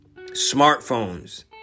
Smartphones